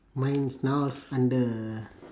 mine's now is under